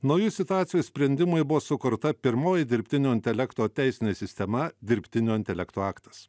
naujų situacijų sprendimui buvo sukurta pirmoji dirbtinio intelekto teisinė sistema dirbtinio intelekto aktas